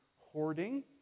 hoarding